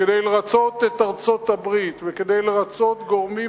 כדי לרצות את ארצות-הברית וכדי לרצות גורמים